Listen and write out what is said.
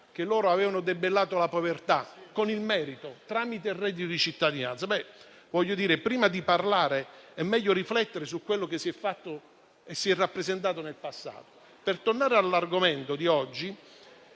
che loro avevano debellato la povertà con il merito, tramite il reddito di cittadinanza. Forse, prima di parlare è meglio riflettere su quello che si è fatto e che si è rappresentato in passato. Torno all'argomento di oggi.